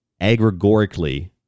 aggregorically